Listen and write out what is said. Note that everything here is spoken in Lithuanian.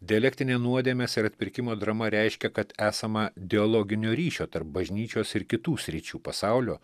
dialektinė nuodėmės ir atpirkimo drama reiškia kad esama dialoginio ryšio tarp bažnyčios ir kitų sričių pasaulio